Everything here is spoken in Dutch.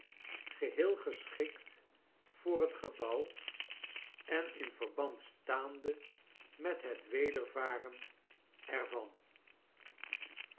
geheel geschikt voor het gebouw en in verband staande met het wedervaren